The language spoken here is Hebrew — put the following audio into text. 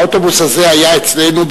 האוטובוס הזה היה אצלנו,